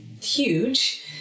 huge